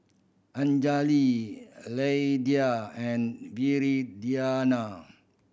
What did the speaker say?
Anjali Lydia and Viridiana